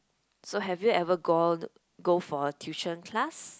so have you ever gone go for tuition class